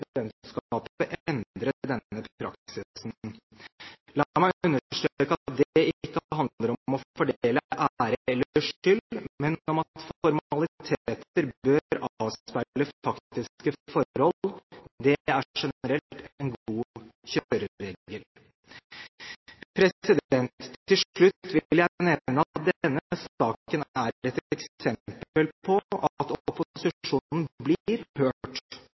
denne praksisen. La meg understreke at det ikke handler om å fordele ære eller skyld, men om at formaliteter bør avspeile faktiske forhold. Det er generelt en god kjøreregel. Til slutt vil jeg nevne at denne saken er et eksempel på at opposisjonen blir